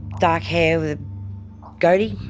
dark hair with a goatee,